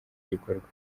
gikorwa